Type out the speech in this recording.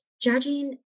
judging